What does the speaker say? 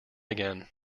again